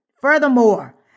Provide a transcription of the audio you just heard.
Furthermore